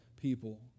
people